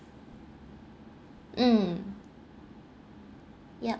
mm yup